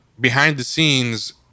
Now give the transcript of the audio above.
behind-the-scenes